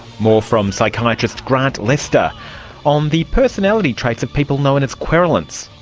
more from psychiatrist grant lester on the personality traits of people known as querulants.